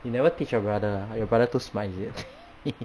you never teach your brother ah !huh! your brother too smart is it